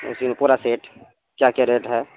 اسلپورا سیٹ کیا کیا ریٹ ہے